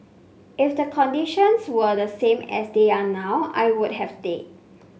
if the conditions were the same as they are now I would have stayed